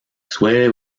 suele